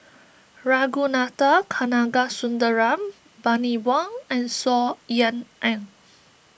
Ragunathar Kanagasuntheram Bani Buang and Saw Ean Ang